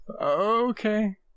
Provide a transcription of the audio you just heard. Okay